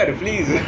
please